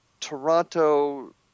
Toronto